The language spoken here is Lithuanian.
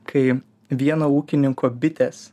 kai vieno ūkininko bitės